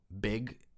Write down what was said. big